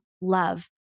love